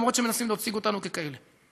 גם אם מנסים להציג אותנו ככאלה.